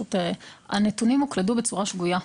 פשוט הנתונים הוקלדו בצורה שגויה.